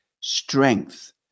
strength